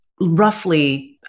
roughly